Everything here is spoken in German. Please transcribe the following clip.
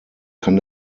kann